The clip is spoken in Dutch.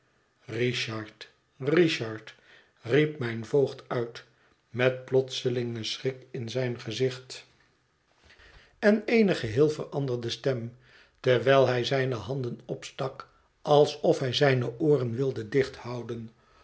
richard richard riep mijn voogd uit met plotselingen schrik in zijn gezicht en eene geheel veranderde stem terwijl hij zijne handen opstak alsof hij zijne ooren wilde